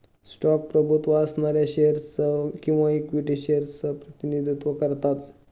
stock प्रभुत्व असणाऱ्या shares च किंवा इक्विटी शेअर्स च प्रतिनिधित्व करतात